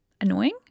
Annoying